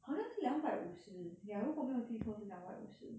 好像是两百五十 ya 如果我没有记错是两百五十